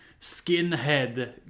skinhead